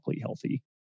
healthy